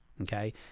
okay